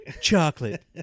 Chocolate